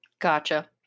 Gotcha